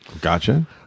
Gotcha